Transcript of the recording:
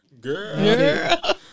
Girl